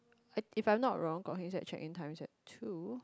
I if I'm not wrong got h_x_z in Times ya true